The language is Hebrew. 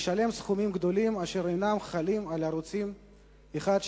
נאלצים לשלם סכומים גדולים אשר אינם חלים על הערוצים 1,